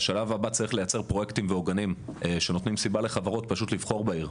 בשלב הבא צריך לייצר פרויקטים ועוגנים שנותנים סיבה לחברות לבחור בעיר,